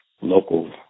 local